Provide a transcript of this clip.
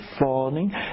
falling